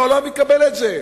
והעולם יקבל את זה.